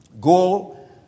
go